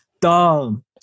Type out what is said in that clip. dumb